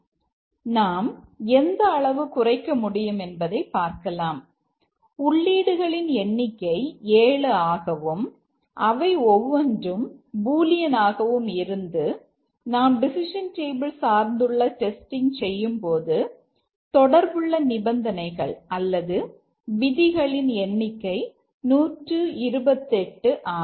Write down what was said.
இப்பொழுது நாம் எந்த அளவு குறைக்கமுடியும் என்பதை பார்க்கலாம் உள்ளீடுகளின் எண்ணிக்கை 7 ஆகவும் அவை ஒவ்வொன்றும் பூலியன் ஆகவும் இருந்து நாம் டெசிஷன் டேபிள் சார்ந்துள்ள டெஸ்டிங் செய்யும்பொழுது தொடர்புள்ள நிபந்தனைகள் அல்லது விதிகளின் எண்ணிக்கை 128 ஆகும்